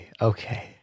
Okay